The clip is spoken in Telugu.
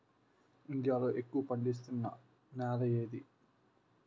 ఇండియా లో ఎక్కువ పండిస్తున్నా నేల ఏది?